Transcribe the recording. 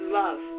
love